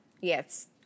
yes